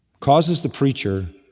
causes the preacher